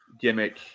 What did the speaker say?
gimmick